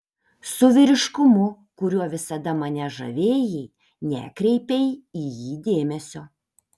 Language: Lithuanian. su vyriškumu kuriuo visada mane žavėjai nekreipei į jį dėmesio